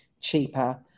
cheaper